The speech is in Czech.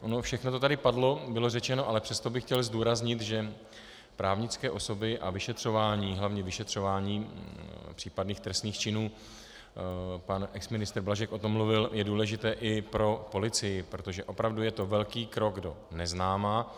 Ono všechno to tady padlo, bylo řečeno, ale přesto bych chtěl zdůraznit, že právnické osoby a vyšetřování, hlavně vyšetřování případných trestných činů, pan exministr Blažek o tom mluvil, je důležité i pro policii, protože opravdu je to velký krok do neznáma.